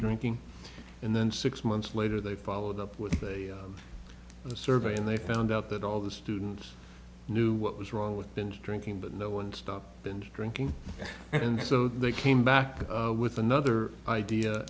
drinking and then six months later they followed up with a survey and they found out that all the students knew what was wrong with binge drinking but no one stopped into drinking and so they came back with another idea